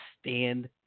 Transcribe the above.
stand